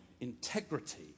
integrity